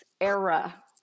era